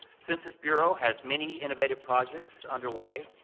census bureau has many innovative projects underway,